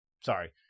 Sorry